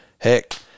heck